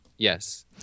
Yes